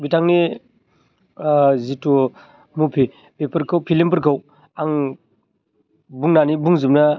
बिथांनि जिथु मभि बेफोरखौ फ्लिमफोरखौ आं बुंनानै बुंजोबनो